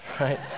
right